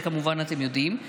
את זה כמובן אתם יודעים,